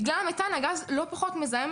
בגלל המתאן הגז לא פחות מזהם